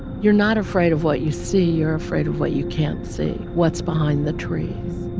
you're not afraid of what you see. you're afraid of what you can't see what's behind the trees,